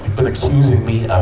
been accusing me of